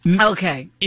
Okay